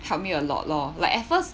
helped me a lot lor like at first